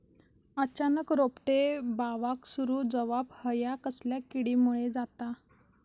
अचानक रोपटे बावाक सुरू जवाप हया कसल्या किडीमुळे जाता?